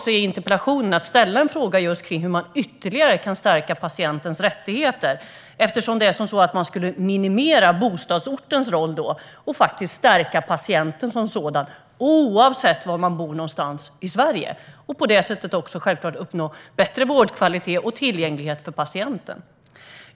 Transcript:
Jag valde att ställa en fråga i interpellationen om hur man ytterligare kan stärka patientens rättigheter, eftersom man då skulle minimera bostadsortens roll och stärka patienten, oavsett var i Sverige patienten bor, och på det sättet uppnå bättre vårdkvalitet och tillgänglighet för patienten.